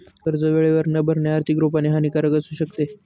कर्ज वेळेवर न भरणे, आर्थिक रुपाने हानिकारक असू शकते